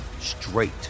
straight